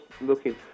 looking